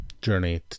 journey